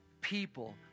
people